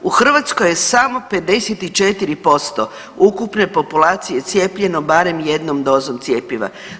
U Hrvatskoj je samo 54% ukupne populacije cijepljeno barem jednom dozom cjepiva.